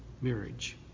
marriage